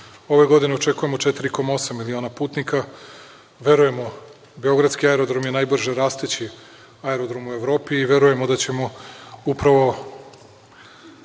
Ove godine očekujemo 4,8 miliona putnika. Verujemo, beogradski aerodrom je najbrže rastući aerodrom u Evropi. Verujemo da ćemo upravo,